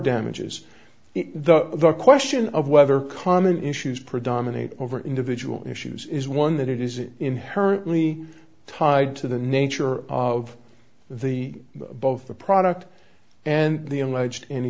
damages the question of whether common issues predominate over individual issues is one that is it inherently tied to the nature of the both the product and the alleged any